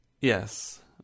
Yes